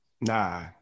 Nah